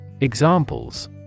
Examples